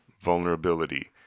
vulnerability